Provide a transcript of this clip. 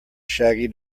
shaggy